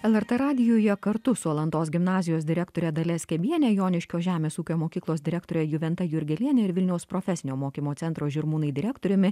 lrt radijuje kartu su alantos gimnazijos direktore dalia skebiene joniškio žemės ūkio mokyklos direktore juventa jurgeliene ir vilniaus profesinio mokymo centro žirmūnai direktoriumi